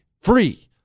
Free